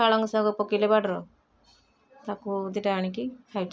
ପାଳଙ୍ଗ ଶାଗ ପକେଇଲେ ବାଡ଼ିର ତାକୁ ଦୁଇଟା ଆଣିକି ଖାଉଛେ ଆମେ